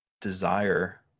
desire